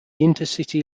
intercity